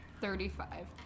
thirty-five